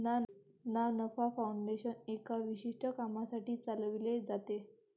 ना नफा फाउंडेशन एका विशिष्ट कामासाठी चालविले जाते